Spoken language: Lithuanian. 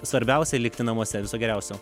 svarbiausia likti namuose viso geriausio